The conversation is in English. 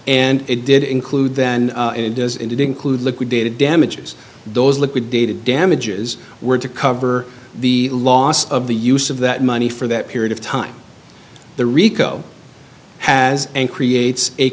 and it did include then it does indeed include liquidated damages those liquidated damages were to cover the loss of the use of that money for that period of time the rico has and creates a